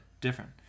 Different